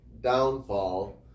downfall